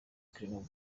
clement